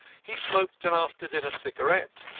he smoked an after-dinner cigarette,